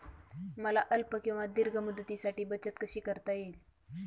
मला अल्प किंवा दीर्घ मुदतीसाठी बचत कशी करता येईल?